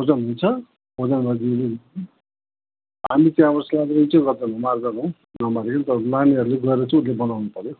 ओजन हुन्छ ओजनमा हामी त्यहाँबाट तर मार्नेहरूले गएर चाहिँ उसले बनाउनु पऱ्यो